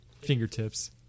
fingertips